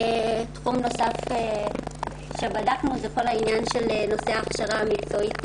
תחום נוסף שבדקנו הוא נושא ההכשרה המקצועית,